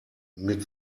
mit